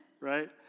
right